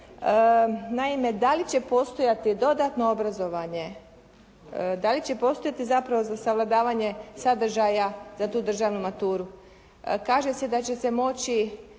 Naime, dali će postojati dodatno obrazovanje, dali će postojati zapravo za savladavanje sadržaja za tu državnu maturu? Kaže se da će se moći